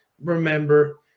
Remember